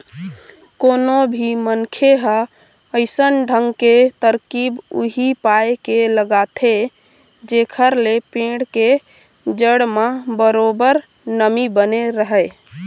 कोनो भी मनखे ह अइसन ढंग के तरकीब उही पाय के लगाथे जेखर ले पेड़ के जड़ म बरोबर नमी बने रहय